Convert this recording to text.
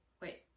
Wait